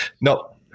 No